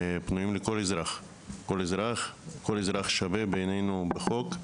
זמינים עבור כלל האזרחים והאזרחים כולם שווים בחובתם לשמירת על החוק.